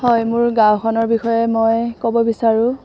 হয় মোৰ গাঁওখনৰ বিষয়ে মই ক'ব বিচাৰোঁ